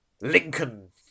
Lincoln